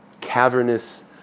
cavernous